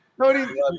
Tony